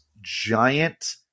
giant